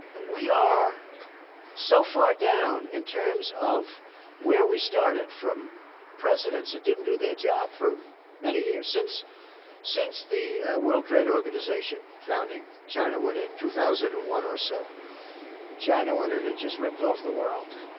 we are so far down, in terms of where we started, from presidents that didn't do their job for many years. since since the world trade organization founding china went in in two thousand and one or so china went in and just ripped off the world.